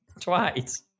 twice